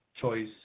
choice